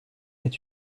est